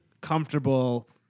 comfortable